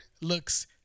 looks